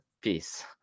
Peace